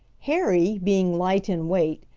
harry, being light in weight,